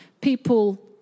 people